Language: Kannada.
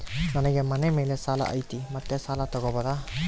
ನನಗೆ ಮನೆ ಮೇಲೆ ಸಾಲ ಐತಿ ಮತ್ತೆ ಸಾಲ ತಗಬೋದ?